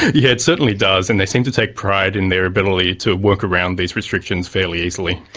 yeah certainly does, and they seem to take pride in their ability to work around these restrictions fairly easily.